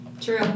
true